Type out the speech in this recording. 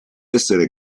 essere